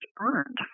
earned